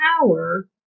power